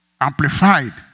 amplified